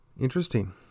Interesting